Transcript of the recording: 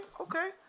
okay